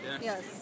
Yes